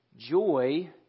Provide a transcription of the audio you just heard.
Joy